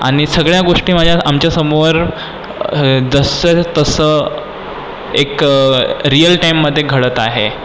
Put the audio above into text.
आणि सगळ्या गोष्टी माझ्या आमच्या समोर जसंच्या तसं एक रिअल टाईममध्ये घडत आहे